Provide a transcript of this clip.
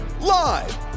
live